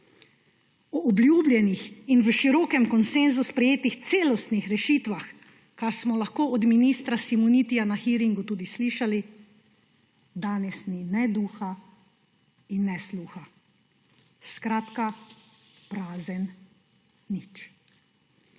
O obljubljenih in v širokem konsenzu sprejetih celostnih rešitvah, kar smo lahko od ministra Simonitija na hearingu tudi slišali, danes ni ne duha in ne sluha. Skratka, prazen nič.